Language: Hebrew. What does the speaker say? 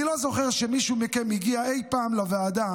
אני לא זוכר שמישהו מכם הגיע אי פעם לוועדה